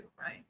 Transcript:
right